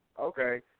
Okay